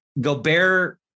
Gobert